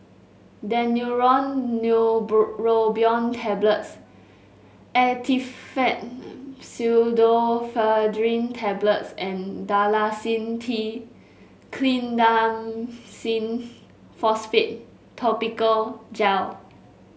Daneuron Tablets Actifed Pseudoephedrine Tablets and Dalacin T Clindamycin Phosphate Topical Gel